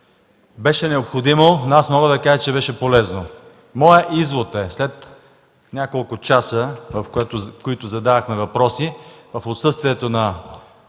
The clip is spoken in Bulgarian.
беше необходимо, но аз не мога да кажа, че беше полезно. Изводът ми след няколко часа, в които задавахме въпроси в отсъствието на